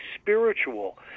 spiritual